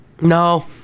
No